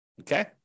okay